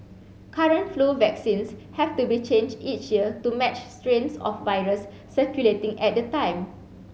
current flu vaccines have to be changed each year to match strains of virus circulating at the time